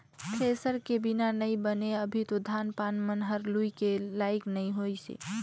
thresher के बिना नइ बने अभी तो धान पान मन हर लुए के लाइक नइ होइसे